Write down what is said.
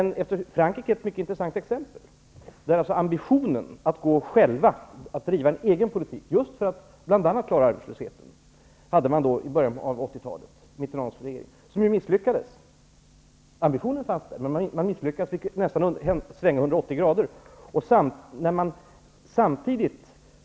Frankrike är ett mycket intressant exempel. Där hade Mitterrands regering i början av 1980-talet ambitionen att gå själv, att driva en egen politik, bl.a. just för att klara arbetslösheten. Ambitionen fanns där, men man misslyckades, och detta ledde till att man nästan svängde 180 grader.